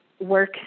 work